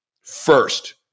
first